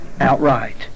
outright